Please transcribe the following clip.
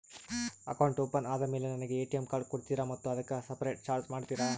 Account open ಆದಮೇಲೆ ನನಗೆ ATM card ಕೊಡ್ತೇರಾ ಮತ್ತು ಅದಕ್ಕೆ ಸಪರೇಟ್ ಚಾರ್ಜ್ ಮಾಡ್ತೇರಾ?